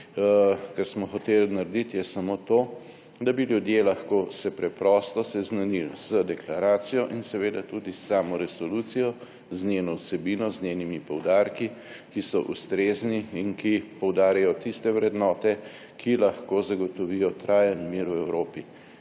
Kar smo hoteli narediti, je samo to, da bi se ljudje lahko preprosto seznanili z deklaracijo in seveda tudi s samo resolucijo, z njeno vsebino, z njenimi poudarki, ki so ustrezni in ki poudarijo tiste vrednote, ki lahko zagotovijo trajni mir v Evropi